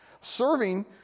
Serving